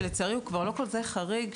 שלצערי הוא כבר לא כזה חריג,